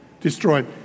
destroyed